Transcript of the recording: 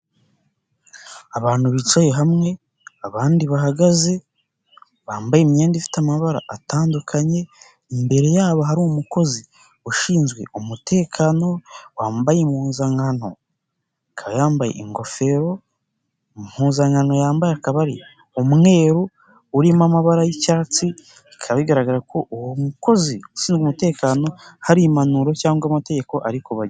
Abantu bicaye hamwe abandi bahagaze. Bambaye imyenda ifite amabara atandukanye. Imbere yabo hari umukozi ushinzwe umutekano, wambaye impuzankano, akaba yambaye ingofero. Impuzankano yambaye akaba ari umweru urimo amabara y'icyatsi. Bikaba bigaragara ko uwo mukozi ushinzwe umutekano hari impanuro cyangwa amategeko ari kubagira.